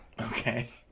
Okay